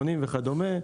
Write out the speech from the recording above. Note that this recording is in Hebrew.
80 וכדומה,